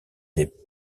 des